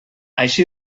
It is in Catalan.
així